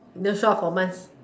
no show up for months